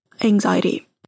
anxiety